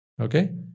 okay